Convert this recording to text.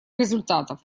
результатов